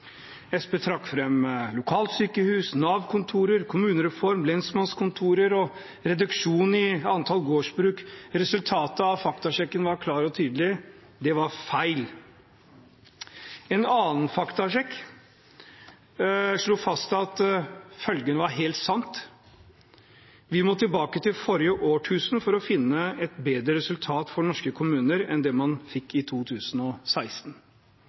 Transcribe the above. kommunereform, lensmannskontorer og reduksjon i antall gårdsbruk. Resultatet av faktasjekken var klart og tydelig: Det var feil. En annen faktsasjekk slo fast at følgende var helt sant: Vi må tilbake til forrige årtusen for å finne et bedre resultat for norske kommuner enn det man fikk i 2016.